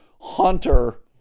Hunter